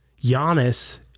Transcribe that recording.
Giannis